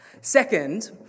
Second